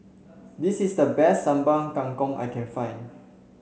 this is the best Sambal Kangkong I can find